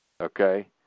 Okay